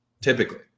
typically